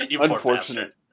Unfortunate